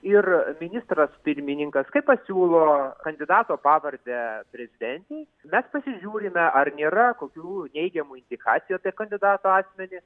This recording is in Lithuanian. ir ministras pirmininkas kai pasiūlo kandidato pavardę presidentei mes pasižiūrime ar nėra kokių neigiamų indikacijų apie kandidato asmenį